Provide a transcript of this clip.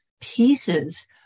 pieces